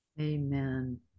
Amen